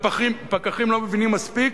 פקחים לא מבינים מספיק,